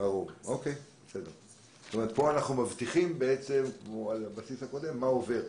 פה אנחנו מבטיחים מה עובר.